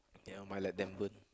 never mind let them burn